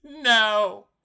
No